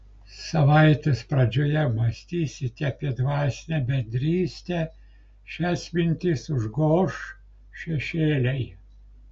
savaitės pradžioje mąstysite apie dvasinę bendrystę šias mintis užgoš šešėliai